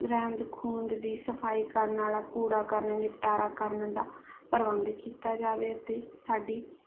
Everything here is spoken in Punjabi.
ਰਹਿੰਦ ਖੂੰਹਦ ਦੀ ਸਫਾਈ ਕਰਨ ਵਾਲਾ ਕੂੜਾ ਕਰਨ ਨਿਪਟਾਰਾ ਕਰਨ ਦਾ ਪ੍ਰਬੰਧ ਕੀਤਾ ਜਾਵੇ ਅਤੇ ਸਾਡੀ